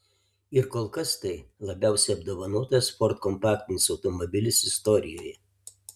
ir kol kas tai labiausiai apdovanotas ford kompaktinis automobilis istorijoje